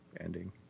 ending